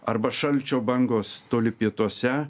arba šalčio bangos toli pietuose